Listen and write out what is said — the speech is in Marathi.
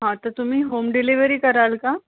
हा तर तुम्ही होम डिलिवरी कराल का